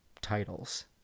titles